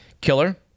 killer